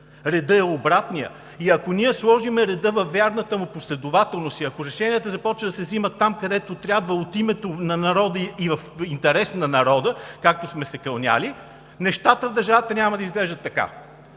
Редът е обратният. Ако ние сложим реда във вярната му последователност и ако решенията започнат да се вземат там, където трябва – от името на народа и в интерес на народа, както сме се клели, нещата в държавата няма да изглеждат така.